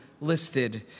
listed